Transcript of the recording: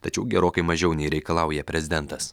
tačiau gerokai mažiau nei reikalauja prezidentas